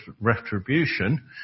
retribution